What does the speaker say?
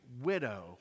widow